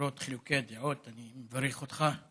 למרות חילוקי הדעות אני מברך אותך.